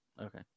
Okay